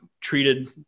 treated